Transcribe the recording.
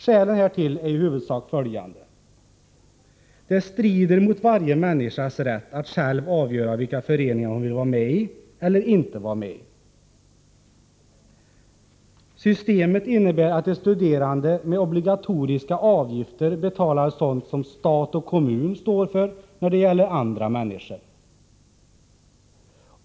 Skälen härtill är i huvudsak följande: Det strider mot varje människas rätt att själv avgöra vilka föreningar hon vill vara med i eller inte vill vara med i. Systemet innebär att de studerande med obligatoriska avgifter betalar sådant som stat och kommun står för när det gäller alla andra människor.